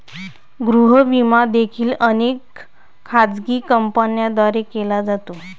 गृह विमा देखील अनेक खाजगी कंपन्यांद्वारे केला जातो